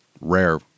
rare